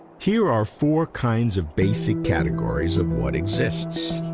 here are four kinds of basic categories of what exists